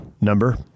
number